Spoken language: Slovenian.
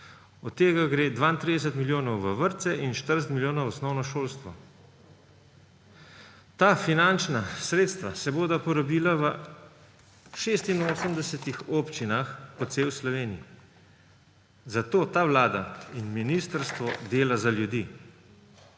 Od tega gre 32 milijonov v vrtce in 40 milijonov v osnovno šolstvo. Ta finančna sredstva se bodo porabila v 86 občinah po celi Sloveniji, zato ta vlada in ministrstvo dela za ljudi.